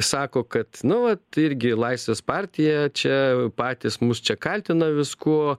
sako kad nu vat irgi laisvės partija čia patys mus čia kaltina viskuo